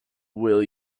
will